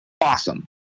awesome